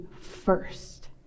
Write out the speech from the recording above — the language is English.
first